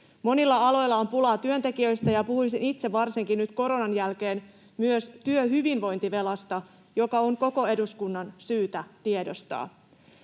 Monilla aloilla on pulaa työntekijöistä, ja puhuisin itse, varsinkin nyt koronan jälkeen, myös työhyvinvointivelasta, joka on koko eduskunnan syytä tiedostaa.